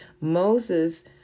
Moses